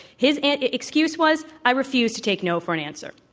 his and excuse was, i refuse to take no for an answer.